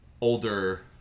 older